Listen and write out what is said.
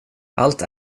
allt